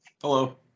Hello